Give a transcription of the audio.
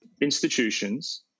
institutions